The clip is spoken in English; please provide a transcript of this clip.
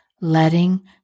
letting